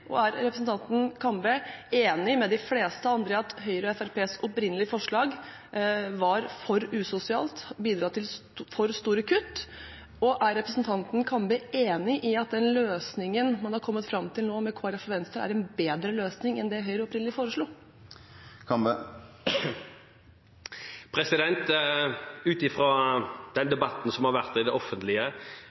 variantene. Mener representanten Kambe – og er han enig med de fleste andre i – at Høyre og Fremskrittspartiets opprinnelige forslag var for usosialt og bidro til for store kutt? Og er representanten Kambe enig i at den løsningen man har kommet fram til nå med Kristelig Folkeparti og Venstre, er en bedre løsning enn det Høyre opprinnelig foreslo? Ut fra den debatten som har vært i det offentlige,